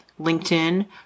LinkedIn